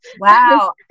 Wow